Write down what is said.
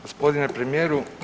Gospodine premijeru.